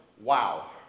wow